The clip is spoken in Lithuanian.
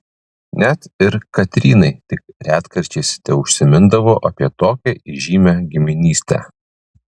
net ir katrynai tik retkarčiais teužsimindavo apie tokią įžymią giminystę